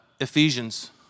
Ephesians